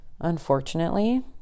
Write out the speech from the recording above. Unfortunately